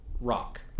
rock